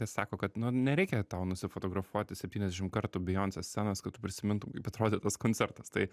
sako kad nu nereikia tau nusifotografuoti septyniasdešim kartų bijoncės scenas kad tu prisimintum kaip atrodė tas koncertas tai